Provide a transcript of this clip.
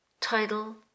title